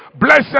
Blessed